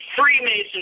Freemason